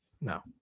No